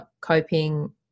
coping